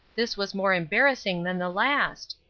this was more embarrassing than the last.